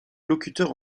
locuteurs